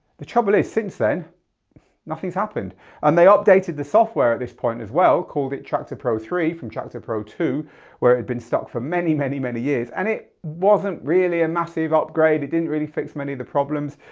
the trouble is since then nothing's happened and they updated the software at this point as well called the traktor pro three from traktor pro two where it had been stuck for many many many years and it wasn't really a massive upgrade. it didn't really fix many of the problems.